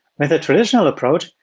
with the traditional approach,